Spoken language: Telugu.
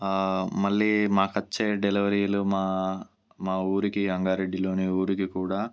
మళ్ళీ మాకొచ్చే డెలివరీలు మా మా ఊరికి రంగారెడ్డిలోని ఊరికి కూడా